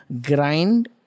grind